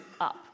up